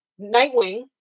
Nightwing